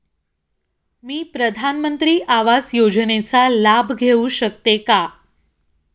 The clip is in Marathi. मी प्रधानमंत्री आवास योजनेचा लाभ घेऊ शकते का?